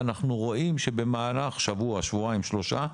ואנחנו רואים שבמהלך שבוע, שבועיים, שלושה,